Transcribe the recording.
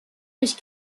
mich